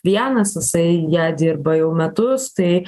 vienas jisai ja dirba jau metus tai